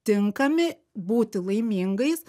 tinkami būti laimingais